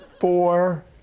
Four